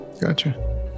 gotcha